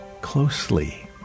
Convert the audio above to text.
closely